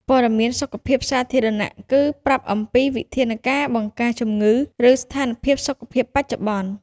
ព័ត៌មានសុខភាពសាធារណៈគឺប្រាប់ អំពីវិធានការបង្ការជំងឺ ឬស្ថានភាពសុខភាពបច្ចុប្បន្ន។